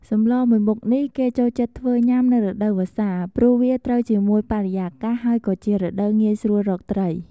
សម្លមួយមុខនេះគេចូលចិត្តធ្វើញុាំនៅរដូវវស្សា ព្រោះវាត្រូវជាមួយបរិយាកាសហើយក៏ជារដូវងាយស្រួលរកត្រី។